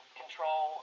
control